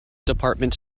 department